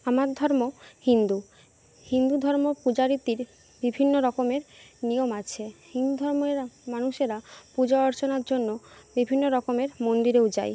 আমার ধর্ম হিন্দু হিন্দু ধর্ম পূজা রীতির বিভিন্ন রকমের নিয়ম আছে হিন্দু ধর্মের মানুষেরা পূজা অর্চনার জন্য বিভিন্ন রকমের মন্দিরেও যায়